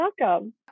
welcome